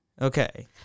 okay